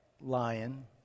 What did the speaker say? lion